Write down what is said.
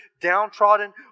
downtrodden